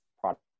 product